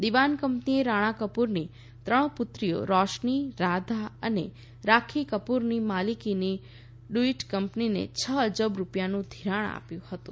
દિવાન કંપનીએ રાણા કપૂરની ત્રણ પુત્રીઓ રોશની રાધા તથા રાખી કપુરની માલિકીની ડૂઇટ કંપનીને છ અબજ રૂપિયાનું ધિરાણ આપ્યું હતું